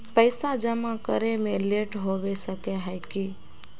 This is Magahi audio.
पैसा जमा करे में लेट होबे सके है की?